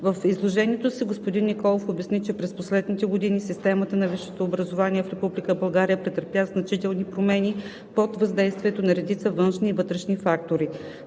В изложението си господин Николов обясни, че през последните години системата на висшето образование в Република България претърпя значителни промени под въздействието на редица външни и вътрешни фактори.